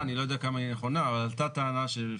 עלתה טענה שאני לא יודע עד כמה היא נכונה,